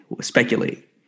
Speculate